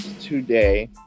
today